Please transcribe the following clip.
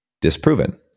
disproven